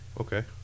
Okay